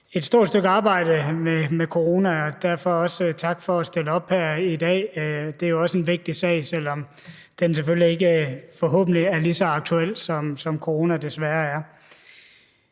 et stort stykke arbejde med corona, og derfor også tak for at stille op her i dag. Det er jo også en vigtig sag, selv om den selvfølgelig ikke, forhåbentlig, er lige så aktuel, som corona desværre er.